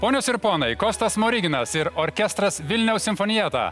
ponios ir ponai kostas smoriginas ir orkestras vilniaus simfonieta